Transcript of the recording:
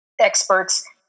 experts